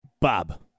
Bob